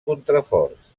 contraforts